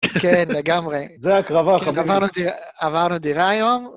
כן, לגמרי. זו הקרבה, חברים. עברנו דירה היום.